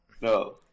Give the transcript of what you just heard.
No